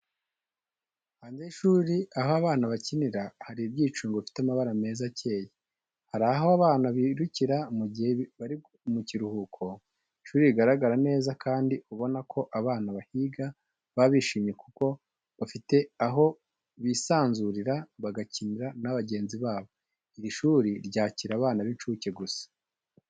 Hanze y'ishuri aho abana bakinira, hari ibyicungo, bifite amabara meza akeye, hari abo abana birukira mu gihe bari mu kiruhuko, ishuri rigaragara neza kandi ubona ko abana bahiga baba bishimye kuko bafite aho bisanzurira bagakina n'abagenzi babo. Iri shuri ryakira abana b'incuke gusa.